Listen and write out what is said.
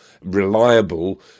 reliable